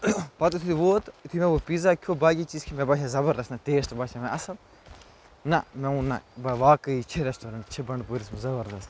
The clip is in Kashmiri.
پَتہٕ یُتھُے ووت تہٕ یُتھُے مےٚ وۄنۍ پیٖزا کھیوٚو باقٕے چیٖز کھے مےٚ باسے زَبردَست نہ ٹیسٹ باسیو مےٚ اَصٕل نہ مےٚ ووٚن نہ بہ واقعے چھِ رٮ۪سٹورنٛٹ چھِ بَنڈٕپوٗرِس منٛز زَبردَست